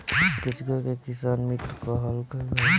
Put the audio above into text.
केचुआ के किसान मित्र कहल गईल हवे